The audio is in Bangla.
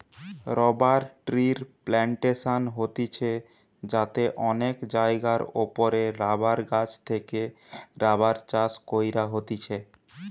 রবার ট্রির প্লানটেশন হতিছে যাতে অনেক জায়গার ওপরে রাবার গাছ থেকে রাবার চাষ কইরা হতিছে